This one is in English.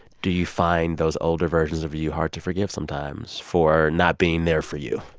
do you find those older versions of you hard to forgive sometimes for not being there for you?